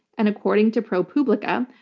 and according to propublica,